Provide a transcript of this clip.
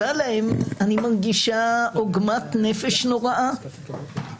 לגייס 61 לכל חוק בכנסת הבאה ואני לא אירה באקדח הזה